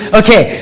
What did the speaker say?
okay